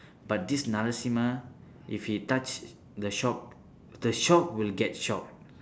but this narasimha if he touch the shock the shock will get shocked